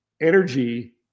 energy